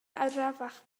arafach